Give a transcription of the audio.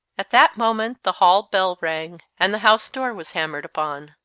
at that moment the hall bell rang, and the house door was hammered upon.